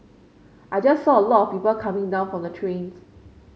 I just saw a lot of people coming down from the trains